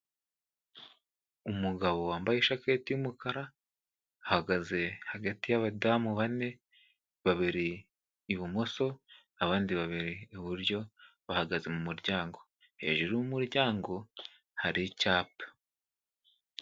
Umugabo wambaye ishaketi y'umukara ahagaze hagati y'abadamu bane, babiri ibumoso, abandi babiri iburyo, bahagaze mu muryango. Hejuru y'umuryango hari icyapa.